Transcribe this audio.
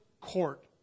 court